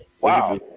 wow